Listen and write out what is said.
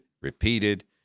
repeated